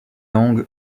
langue